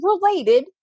related